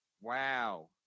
Wow